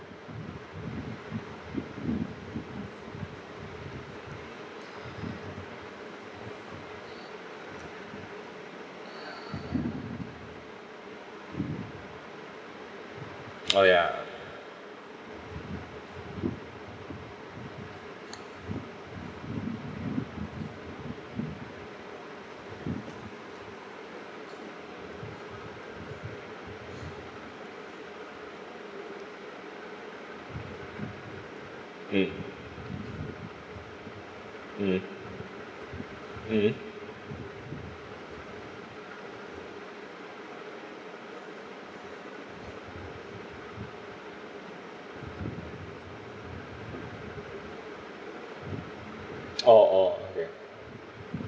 oh ya mm mm mm oh oh okay